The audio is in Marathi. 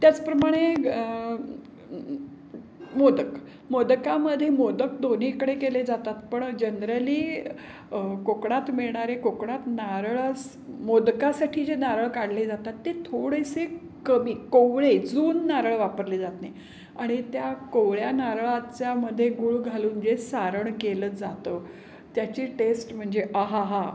त्याचप्रमाणे ग मोदक मोदकामधे मोदक दोन्हीकडे केले जातात पण जनरली कोकणात मिळणारे कोकणात नारळ मोदकासाठी जे नारळ काढले जातात ते थोडेसे कमी कोवळे जून नारळ वापरले जात नाही आणि त्या कोवळ्या नारळाच्यामधे गूळ घालून जे सारण केलं जातं त्याची टेस्ट म्हणजे अहाहा